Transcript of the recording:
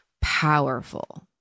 powerful